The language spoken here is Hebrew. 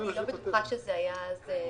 אני לא בטוחה שזה היה מחייב.